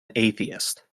atheist